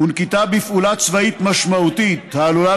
ונקיטת פעולה צבאית משמעותית העלולה